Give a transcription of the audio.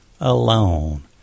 Alone